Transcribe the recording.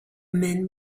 men